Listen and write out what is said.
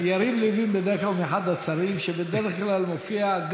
יריב לוין הוא אחד השרים שבדרך כלל מופיעים,